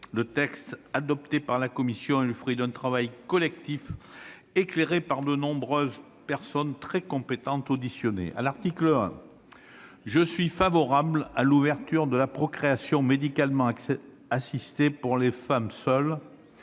Le texte adopté par la commission est le fruit d'un travail collectif, éclairé par les nombreuses personnes très compétentes qui ont été auditionnées. À l'article 1, je suis favorable à l'ouverture de la procréation médicalement assistée pour les femmes seules-